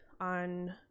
on